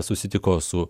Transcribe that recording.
susitiko su